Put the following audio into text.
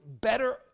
better